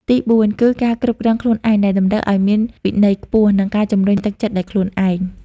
ទីបួន គឺ ការគ្រប់គ្រងខ្លួនឯង ដែលតម្រូវឱ្យមានវិន័យខ្ពស់ និងការជំរុញទឹកចិត្តដោយខ្លួនឯង។